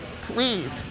please